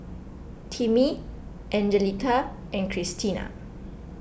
Timmy Angelita and Kristina